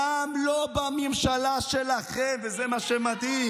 גם לא בממשלה שלכם, וזה מה שמדהים.